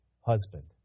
husband